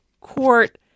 court